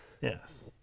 Yes